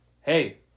hey